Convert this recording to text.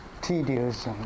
tedious